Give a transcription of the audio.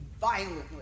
violently